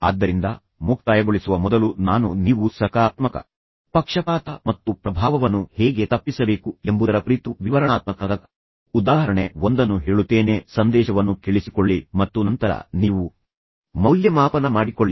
ಆದ್ದರಿಂದ ಮುಕ್ತಾಯಗೊಳಿಸುವ ಮೊದಲು ನಾನು ನೀವು ಸಕಾರಾತ್ಮಕ ಪಕ್ಷಪಾತ ಮತ್ತು ಪ್ರಭಾವವನ್ನು ಹೇಗೆ ತಪ್ಪಿಸಬೇಕು ಎಂಬುದರ ಕುರಿತು ವಿವರಣಾತ್ಮಕ ಉದಾಹರಣೆ ಒಂದನ್ನು ಹೇಳುತ್ತೇನೆ ಸಂದೇಶವನ್ನು ಕೇಳಿಸಿಕೊಳ್ಳಿ ಮತ್ತು ನಂತರ ನೀವು ಮೌಲ್ಯಮಾಪನ ಮಾಡಿಕೊಳ್ಳಿ